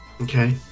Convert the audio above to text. Okay